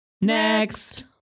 Next